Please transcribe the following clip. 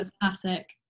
classic